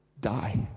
die